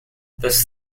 those